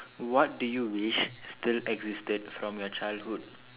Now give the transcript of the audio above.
what do you wish still existed from your childhood